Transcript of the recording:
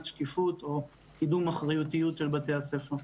שקיפות או קידום אחריותיות של בתי הספר.